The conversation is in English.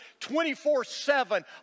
24-7